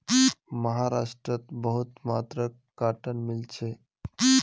महाराष्ट्रत बहुत मात्रात कॉटन मिल छेक